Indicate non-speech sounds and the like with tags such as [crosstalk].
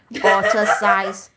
[laughs]